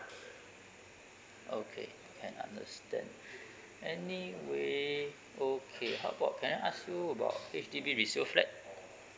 okay can understand anyway okay how about can I ask you about H_D_B resale flat